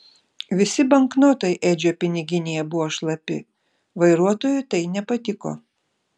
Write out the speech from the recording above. visi banknotai edžio piniginėje buvo šlapi vairuotojui tai nepatiko